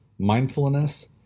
mindfulness